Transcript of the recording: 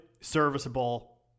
serviceable